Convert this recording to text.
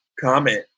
comment